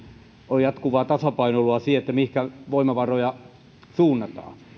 on jatkuvaa tasapainoilua siinä mihinkä voimavaroja suunnataan